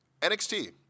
nxt